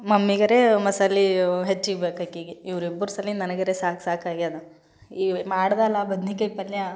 ಮಮ್ಮಿಗಾರೆ ಮಸಾಲೆ ಹೆಚ್ಚಿಗೆ ಬೇಕು ಆಕೆಗೆ ಇವರಿಬ್ಬರ ಸಲಿ ನನಗರೆ ಸಾಕು ಸಾಕಾಗ್ಯಾದ ಈ ಮಾಡ್ದಾಲ ಬದ್ನಿಕಾಯಿ ಪಲ್ಯ